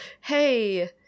hey